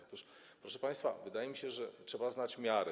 Otóż, proszę państwa, wydaje mi się, że trzeba znać miarę.